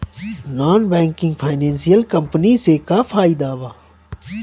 Non banking financial company से का फायदा बा?